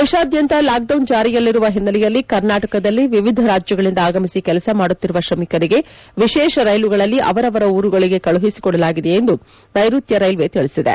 ದೇಶಾದ್ಯಂತ ಲಾಕ್ಡೌನ್ ಜಾರಿಯಲ್ಲಿರುವ ಹಿನ್ನೆಲೆಯಲ್ಲಿ ಕರ್ನಾಟಕದಲ್ಲಿ ವಿವಿಧ ರಾಜ್ಯಗಳಿಂದ ಆಗಮಿಸಿ ಕೆಲಸ ಮಾಡುತ್ತಿರುವ ಶ್ರಮಿಕರಿಗೆ ವಿಶೇಷ ರೈಲುಗಳಲ್ಲಿ ಅವರವರ ಊರುಗಳಿಗೆ ಕಳುಹಿಸಿಕೊಡಲಾಗಿದೆ ಎಂದು ನೈರುತ್ಯ ರೈಲ್ವೆ ತಿಳಿಸಿದೆ